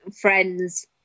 friends